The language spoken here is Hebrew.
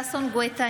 ששון ששי גואטה,